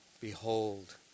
Behold